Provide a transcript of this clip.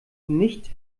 nicht